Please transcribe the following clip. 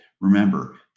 Remember